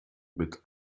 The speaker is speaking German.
mit